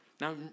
Now